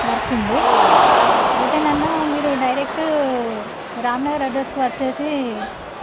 work ఉండి అయితే నన్ను మీరు డైరెక్టుగా రాంనగర్ అడ్రసుకి వచ్చేసి